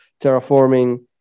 terraforming